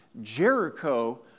Jericho